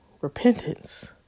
repentance